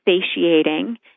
satiating